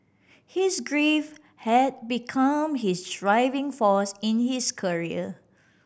his grief had become his driving force in his career